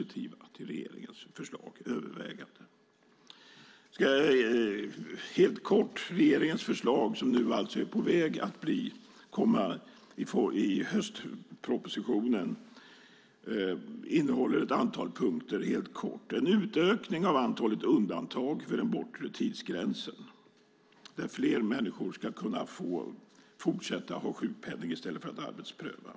Jag ska helt kort räkna upp de punkter som ingår i regeringens förslag som nu är på väg att komma i höstpropositionen. Man föreslår en utökning av antalet undantag för den bortre tidsgränsen. Fler människor ska kunna fortsätta att ha sjukpeng i stället för att arbetspröva.